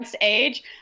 age